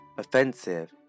Offensive